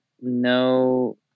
no